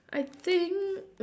I think